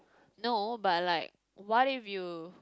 no but like what if you